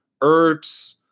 Ertz